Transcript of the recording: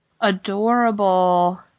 adorable